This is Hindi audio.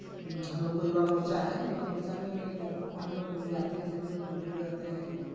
हमलोग को युवा मोर्चा है युवा मोर्चा में लड़के को हमलोग जुड़ जाते हैं सभी लोग बुज़ुर्ग रहते हैं